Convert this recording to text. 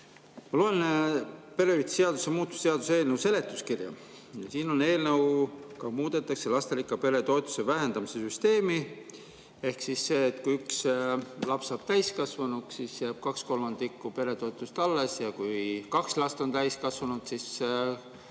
Ma loen perehüvitiste seaduse muutmise seaduse eelnõu seletuskirja ja siin on, et eelnõuga muudetakse lasterikka pere toetuse vähendamise süsteemi, ehk siis, kui üks laps saab täiskasvanuks, siis jääb kaks kolmandikku peretoetust alles, ja kui kaks last on täiskasvanud, siis